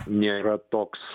nėra toks